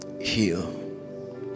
Heal